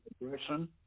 aggression